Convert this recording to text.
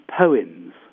poems